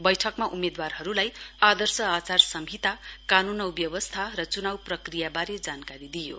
बैठकमा उम्मेदवारहरूलाई आर्दश आचार संहिता कानून औ व्यवस्था र चुनाउ प्रक्रियावारे जानकारी दिइयो